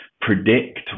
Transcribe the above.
predict